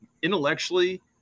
Intellectually